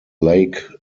lake